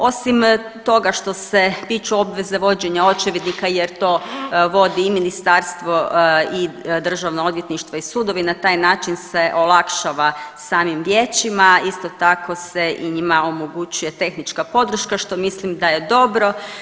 Osim toga što se tiču obveze vođenja očevidnika jer to vodi i ministarstvo i državno odvjetništvo i sudovi na taj način se olakšava samim vijećima, isto tako se i njima omogućuje tehnička podrška, što mislim da je dobro.